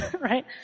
right